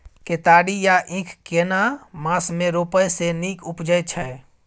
केतारी या ईख केना मास में रोपय से नीक उपजय छै?